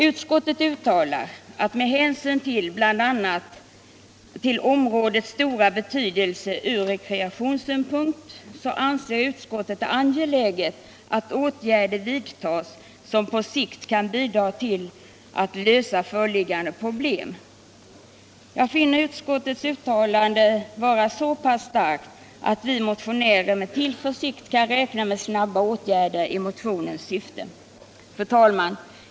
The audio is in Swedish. Utskottet uttalar: ”Med hänsyn bl.a. till områdets stora betydelse från rekreationssynpunkt anser utskottet det angeläget att åtgärder vidtas som på sikt kan bidra till att lösa föreliggande problem.” Utskottets uttalande är så pass starkt att vi motionärer anser oss med tillförsikt kunna emotse snabba åtgärder i motionens syfte. Fru talman!